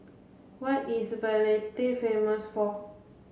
what is Valletta famous for